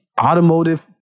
automotive